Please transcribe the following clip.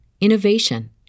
innovation